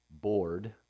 bored